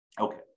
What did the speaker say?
Okay